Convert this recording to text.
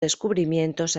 descubrimientos